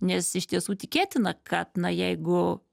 nes iš tiesų tikėtina kad na jeigu